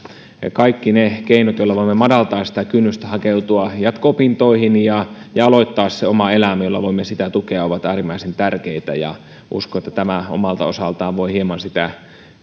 kaikki ne keinot joilla voimme madaltaa kynnystä hakeutua jatko opintoihin ja ja aloittaa oma elämä joilla voimme sitä tukea ovat äärimmäisen tärkeitä ja uskon että tämä omalta osaltaan voi hieman sitä